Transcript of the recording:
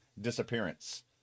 disappearance